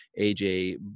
AJ